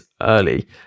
early